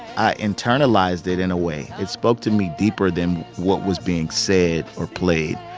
i internalized it in a way. it spoke to me deeper than what was being said or played.